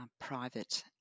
private